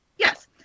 Yes